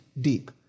deep